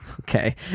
Okay